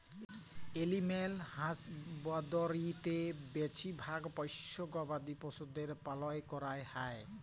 animal হাসবাঁদরিতে বেছিভাগ পোশ্য গবাদি পছুদের পালল ক্যরা হ্যয়